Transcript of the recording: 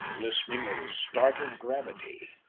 listening with a startled gravity.